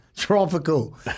Tropical